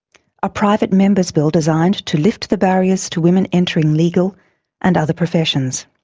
a private member's bill designed to lift the barriers to women entering legal and other professions.